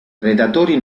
predatori